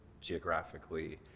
geographically